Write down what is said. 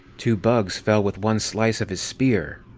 two bugs fell with one slice of his spear.